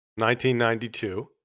1992